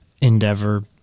endeavor